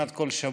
כמעט כל שבוע,